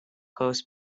close